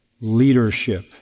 leadership